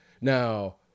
Now